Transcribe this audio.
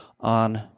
on